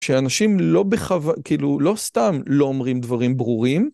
שאנשים לא בכוונה, כאילו, לא סתם לא אומרים דברים ברורים.